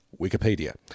Wikipedia